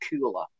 cooler